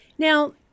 Now